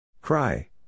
Cry